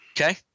Okay